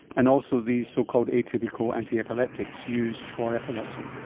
and also the so-called atypical antiepileptics used for epilepsy.